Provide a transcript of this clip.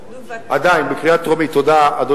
עוד לא, עוד לא.